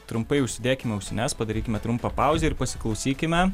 trumpai užsidėkime ausines padarykime trumpą pauzę ir pasiklausykime